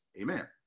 amen